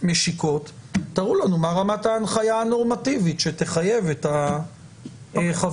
משיקות תראו לנו מה רמת ההנחיה הנורמטיבית שתחייב את החברות.